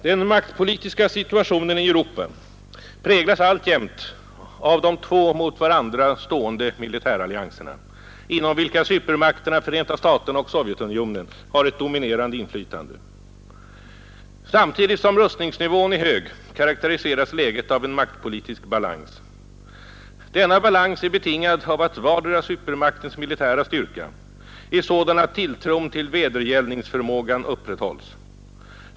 Den maktpolitiska situationen i Europa präglas alltjämt av de två mot varandra stående militärallianserna, inom vilka supermakterna Förenta staterna och Sovjetunionen har ett dominerande inflytande. Samtidigt som rustningsnivån är hög karakteriseras läget av en maktpolitisk balans. Denna balans är betingad av att vardera supermaktens militära styrka är sådan att tilltron till vedergällningsförmågan upprätthålls.